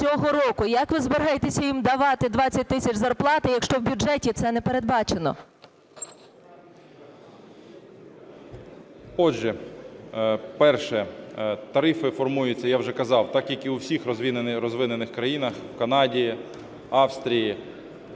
Як ви збираєтеся їм давати 20 тисяч зарплати, якщо в бюджеті це не передбачено? 10:28:23 ШМИГАЛЬ Д.А. Отже, перше. Тарифи формуються, я вже казав, так як і у всіх розвинених країнах (в Канаді, Австрії,